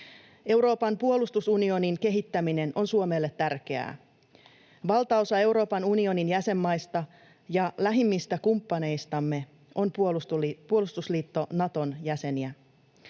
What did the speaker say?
Euroopan puolustusunionin kehittäminen on Suomelle tärkeää. Valtaosa Euroopan unionin jäsenmaista ja lähimmistä kumppaneistamme on puolustusliitto Naton jäseniä.